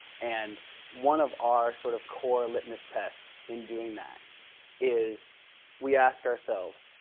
and one of our sort of core litmus tests in doing that is we ask ourselves,